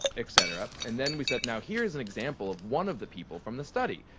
et cetera. and then we said, now, here's an example of one of the people from the study,